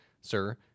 Sir